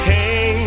Hey